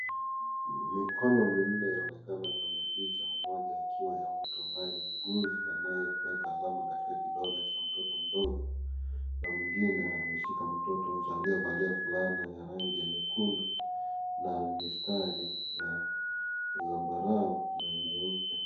Mikono minne inaonekana kwenye picha, moja akiwa ya mtu ambaye ni muuguzi anaye weka alama katika kidole cha mtoto mdogo na mwingine ameshika mtoto aliyevalia fulana ya rangi nyekundu na mistari ya zamabarau na nyeupe.